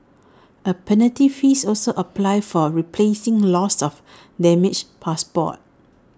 A penalty fees also applies for replacing lost or damaged passports